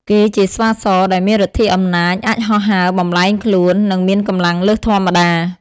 គេជាស្វាសដែលមានឫទ្ធិអំណាចអាចហោះហើរ បំប្លែងខ្លួន និងមានកម្លាំងលើសធម្មតា ។